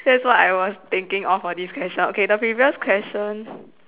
that's what I was thinking of for this question okay the previous question